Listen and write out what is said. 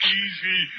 easy